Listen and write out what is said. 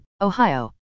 Ohio